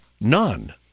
none